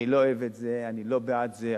אני לא אוהב את זה, אני לא בעד זה.